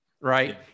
right